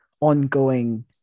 ongoing